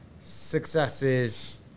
successes